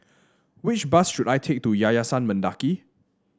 which bus should I take to Yayasan Mendaki